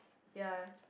ya